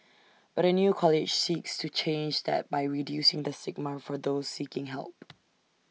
but A new college seeks to change that by reducing the stigma for those seeking help